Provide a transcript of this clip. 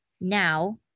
Now